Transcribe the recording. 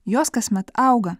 jos kasmet auga